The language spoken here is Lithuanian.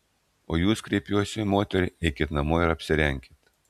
o jūs kreipiuos į moterį eikit namo ir apsirenkit